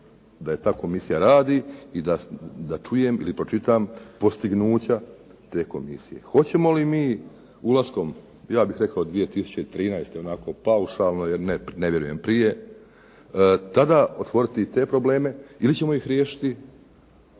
da išta ta komisija radi, i da čujem ili pročitam postignuća te komisije. Hoćemo li mi ulaskom ja bih rekao 2013. onako paušalno jer ne vjerujem prije tada otvoriti te probleme ili ćemo ih riješiti